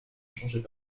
changeait